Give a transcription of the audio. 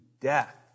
death